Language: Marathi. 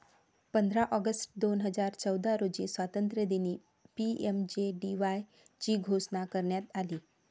पंधरा ऑगस्ट दोन हजार चौदा रोजी स्वातंत्र्यदिनी पी.एम.जे.डी.वाय ची घोषणा करण्यात आली